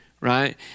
right